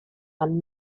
and